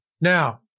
Now